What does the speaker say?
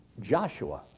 Joshua